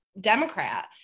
Democrat